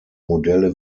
modelle